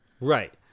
Right